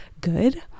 good